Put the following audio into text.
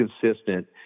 consistent